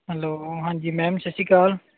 hello ਹਾਂਜੀ ma'am ਸਤਿ ਸ਼੍ਰੀ ਅਕਾਲ